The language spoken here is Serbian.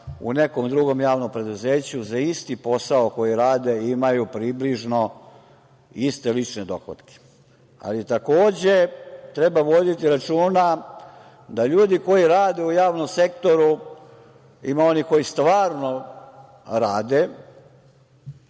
u nekom drugom javnom preduzeću za isti posao koji rade imaju približno iste lične dohotke. Takođe, treba voditi računa da ljudi koji rade u javnom sektoru, ima onih koji stvarno rade